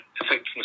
effectiveness